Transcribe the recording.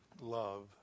Love